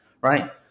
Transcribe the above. right